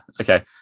okay